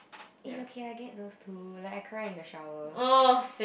it's okay I get those too like I cry in the shower